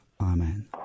Amen